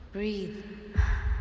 Breathe